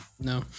no